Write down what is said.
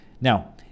Now